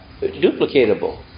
duplicatable